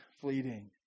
fleeting